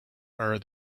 are